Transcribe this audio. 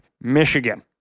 Michigan